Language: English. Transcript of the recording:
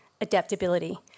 adaptability